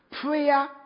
Prayer